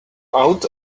out